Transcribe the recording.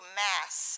mass